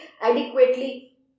adequately